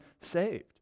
saved